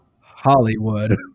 Hollywood